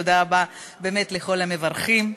תודה רבה לכל המברכים.